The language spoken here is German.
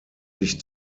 sich